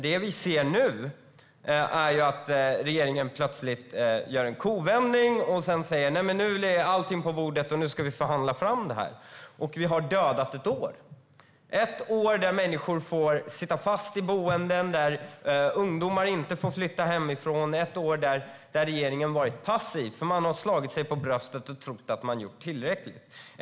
Det vi ser nu är att regeringen plötsligt gör en kovändning och säger att nu lägger vi allting på bordet och nu ska vi förhandla fram det här. Då har vi dödat ett år! Det är ett år där människor får sitta fast på boenden, där ungdomar inte får flytta hemifrån, ett år där regeringen varit passiv och slagit sig för bröstet och trott att man gjort tillräckligt.